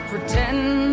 Pretend